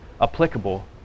applicable